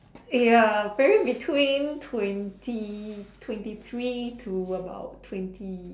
ya very between twenty twenty three to about twenty